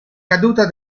caduta